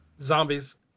Zombies